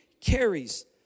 carries